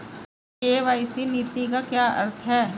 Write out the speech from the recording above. KYC नीति का क्या अर्थ है?